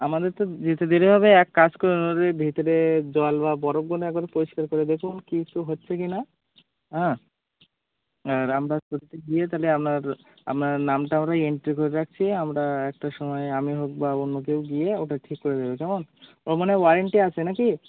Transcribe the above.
আমাদের তো যেতে দেরি হবে এক কাজ করুন ওদের ভিতরে জল বা বরফগুলো একবার পরিষ্কার করে দেখুন কিছু হচ্ছে কি না হ্যাঁ আর আমরা পরেতে গিয়ে তাহলে আপনার আপনার নামটা আমরা এন্ট্রি করে রাখছি আমরা একটার সময় আমি হোক বা অন্য কেউ গিয়ে ওটা ঠিক করে দেবো কেমন ও মানে ওয়ারেন্টি আছে না কি